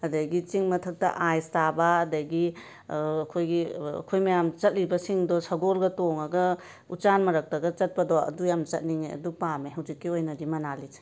ꯑꯗꯒꯤ ꯆꯤꯡ ꯃꯊꯛꯇ ꯑꯥꯏꯁ ꯇꯥꯕ ꯑꯗꯒꯤ ꯑꯩꯈꯣꯏꯒꯤ ꯑꯩꯈꯣꯏ ꯃꯌꯥꯝ ꯆꯠꯂꯤꯕꯁꯤꯡꯗꯨ ꯁꯒꯣꯜꯒ ꯇꯣꯡꯉꯒ ꯎꯆꯥꯟ ꯃꯔꯛꯇꯒ ꯆꯠꯄꯗꯨ ꯑꯗꯨ ꯌꯥꯝꯅ ꯆꯠꯅꯤꯡꯉꯦ ꯑꯗꯨ ꯄꯥꯝꯃꯦ ꯍꯧꯖꯤꯛꯀꯤ ꯑꯣꯏꯅꯗꯤ ꯃꯅꯥꯂꯤꯠꯁꯦ